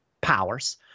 powers